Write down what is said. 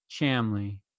Chamley